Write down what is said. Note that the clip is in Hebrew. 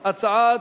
הרבה הצלחה.